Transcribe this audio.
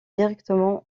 directement